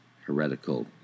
heretical